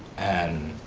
and